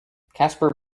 casper